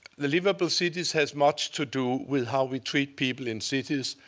the livable cities has much to do with how we treat people in cities,